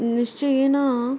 निश्चयेन